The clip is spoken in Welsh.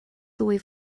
ddwy